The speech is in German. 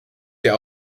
der